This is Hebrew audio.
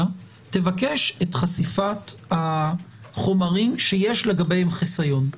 יבקשו את חשיפת החומרים שיש לגביהם חיסיון.